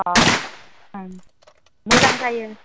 अ' उम मोजां जायो